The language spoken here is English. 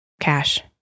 cash